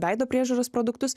veido priežiūros produktus